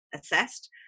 assessed